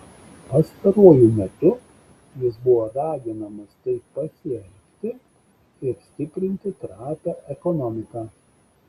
pastaruoju metu jis buvo raginamas taip pasielgti ir stiprinti trapią ekonomiką